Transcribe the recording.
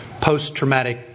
Post-traumatic